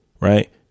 Right